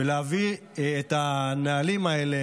ולהביא את הנהלים האלה,